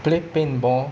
play paintball